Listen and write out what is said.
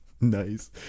Nice